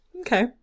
Okay